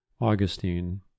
Augustine